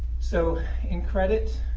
so in credit,